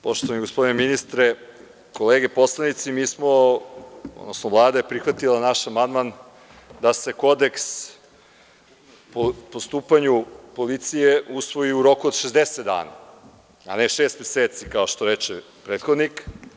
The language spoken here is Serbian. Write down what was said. Poštovani gospodine ministre, kolege poslanici, mi smo, odnosno Vlada je prihvatila naš amandman da se kodeks o postupanju policije usvoji u roku od 60 dana, a ne šest meseci, kao što reče prethodnik.